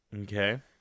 Okay